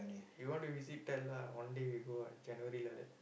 you want to visit tell lah one day we go January like that